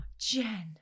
jen